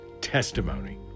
testimony